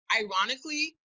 ironically